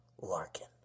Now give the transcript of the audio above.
Larkin